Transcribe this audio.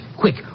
quick